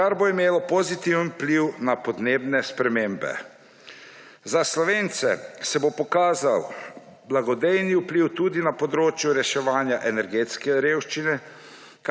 kar bo imelo pozitiven vpliv na podnebne spremembe. Za Slovence se bo pokazal blagodejen vpliv tudi na področju reševanja energetske revščine,